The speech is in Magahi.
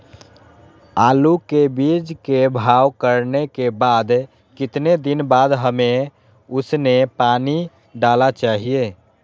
आलू के बीज के भाव करने के बाद कितने दिन बाद हमें उसने पानी डाला चाहिए?